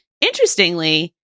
Interestingly